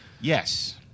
Yes